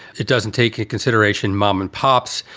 it doesn't take a consideration, mom and pops.